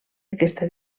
aquesta